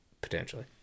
potentially